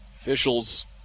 officials